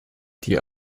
die